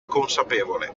consapevole